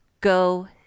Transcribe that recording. go